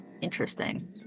interesting